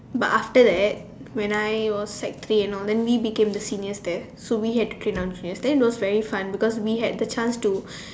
then after that when I was sec three and all then we became the seniors there so we had our seniors then it was very fun because we had the chance to